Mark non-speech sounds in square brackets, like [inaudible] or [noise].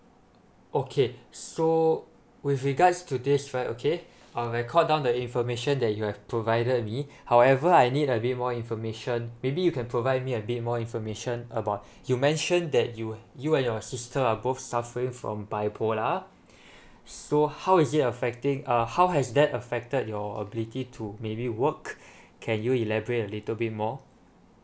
okay so with regards to this right okay I will record down the information that you have provided me however I need a bit more information maybe you can provide me a bit more information about you mentioned that you you and your sister are both suffering from bipolar [breath] so how is it affecting uh how has that affected your ability to maybe work can you elaborate a little bit more